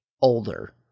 older